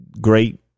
great